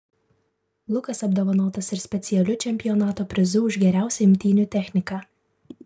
lukas apdovanotas ir specialiu čempionato prizu už geriausią imtynių techniką